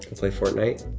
play fortnite?